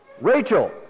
Rachel